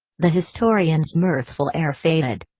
the historian's mirthful air faded.